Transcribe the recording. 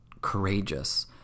courageous